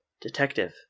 Detective